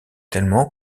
tellement